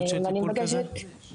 מה העלות של טיפול כזה בערך?